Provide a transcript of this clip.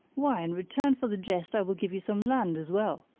why, in return for the jest i will give you some land as well.